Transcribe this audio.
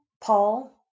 Paul